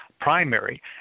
primary